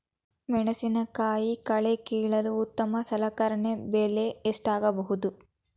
ಮೆಣಸಿನಕಾಯಿ ಕಳೆ ಕೀಳಲು ಉತ್ತಮ ಸಲಕರಣೆ ಬೆಲೆ ಎಷ್ಟಾಗಬಹುದು?